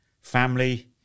family